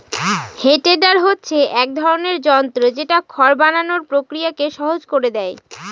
হে tedder হচ্ছে এক ধরনের যন্ত্র যেটা খড় বানানোর প্রক্রিয়াকে সহজ করে দেয়